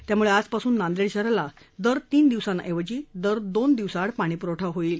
त्यामुळ ज पासून नांदह्क शहराला दर तीन दिवसांऐवजी दर दोन दिवसाआड पाणीपुरवठा होईल